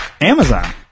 amazon